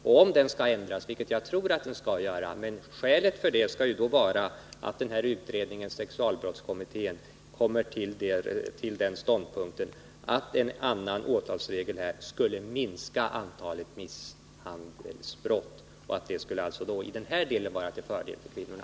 Om denna regel skall ändras — och jag tror att det bör ske — skall skälet vara att sexualbrottskommittén kommer till den ståndpunkten att en annan åtalsregel skulle minska antalet misshandelsbrott och alltså vara till fördel för kvinnorna.